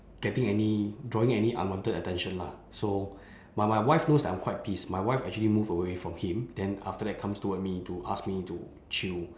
getting any drawing any unwanted attention lah so but my wife knows that I'm quite pissed my wife actually move away from him then after that comes toward me to ask me to chill